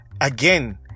again